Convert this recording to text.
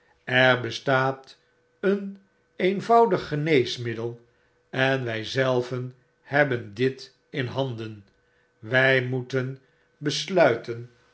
er bestaat een eenvoudig geneesmiddel en wy zelven hebben dit in handen wy moeten besluiten